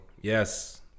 Yes